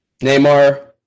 Neymar